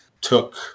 took